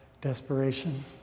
desperation